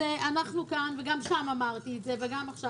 גם אז אמרתי את זה וגם עכשיו,